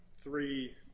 Three